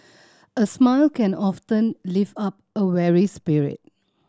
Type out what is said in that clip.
a smile can often lift up a weary spirit